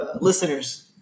listeners